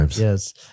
Yes